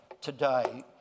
today